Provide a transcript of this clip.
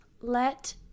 let